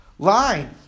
Line